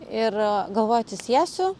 ir galvoju atsisėsiu